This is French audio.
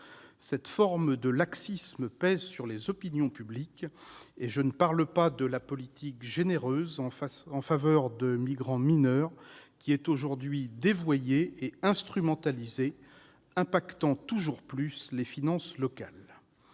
Cette forme de laxisme pèse sur les opinions publiques. Je ne parle pas de la politique généreuse en faveur des migrants mineurs qui est aujourd'hui dévoyée et instrumentalisée, impactant toujours plus les finances locales.